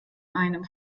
einem